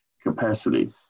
Capacity